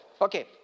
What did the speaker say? Okay